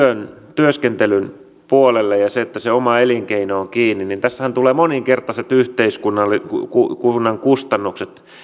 työskentelyn puolelle ja siihen että se oma elinkeino on kiinni niin tässähän tulee yhteiskunnalle moninkertaiset kustannukset